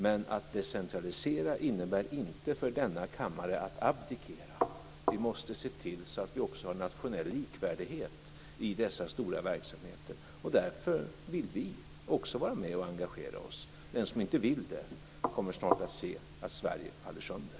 Men att decentralisera innebär inte för denna kammare att abdikera. Vi måste se till att vi också har nationell likvärdighet i dessa stora verksamheter. Därför vill vi också vara med och engagera oss. Den som inte vill det kommer snart att se att Sverige faller sönder.